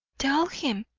tell him!